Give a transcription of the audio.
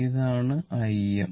ഇതാണ് Im